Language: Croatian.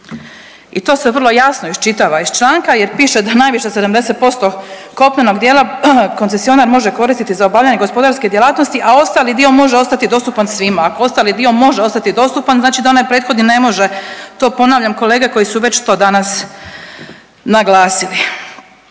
I to se vrlo jasno iščitava iz članka jer piše da najviše 70% kopnenog dijela koncesionar može koristiti za obavljanje gospodarske djelatnosti, a ostali dio može ostati dostupan svima. Ako ostali dio može ostati dostupan znači da onaj prethodni ne može, to ponavljam kolege koji su već to danas naglasili.